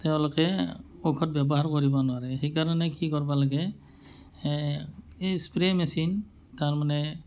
তেওঁলোকে ঔষধ ব্যৱহাৰ কৰিব নোৱাৰে সেইকাৰণে কি কৰবা লাগে এই স্প্ৰে মেচিন তাৰ মানে